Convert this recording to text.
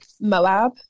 Moab